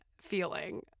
feeling